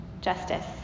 justice